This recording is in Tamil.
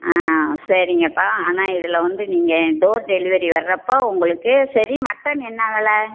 ஆ சரிங்கப்பா ஆனால் இதில் வந்து நீங்கள் டோர் டெலிவரி வர்றப்போது உங்களுக்கு சரி மட்டன் என்ன வெலை